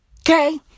okay